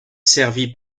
servi